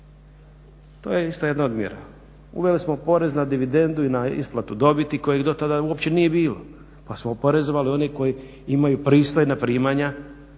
To je ista jedna od mjera. Uveli smo porez na dividendu i na isplatu dobiti kojeg do tada uopće nije ni bilo pa smo oporezovali one koji imaju pristojna pitanja